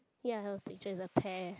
ya her picture is a pear